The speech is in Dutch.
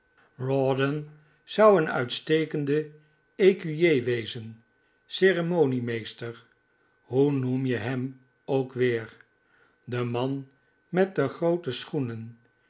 rawdon zou een uitstekende ecuyer wezen ceremoniemeester hoe noem je hem ook weer de man met de groote schoenen